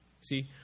See